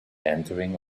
entering